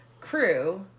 crew